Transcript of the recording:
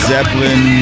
Zeppelin